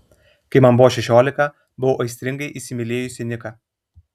kai man buvo šešiolika buvau aistringai įsimylėjusi niką